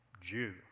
Jew